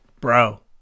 Bro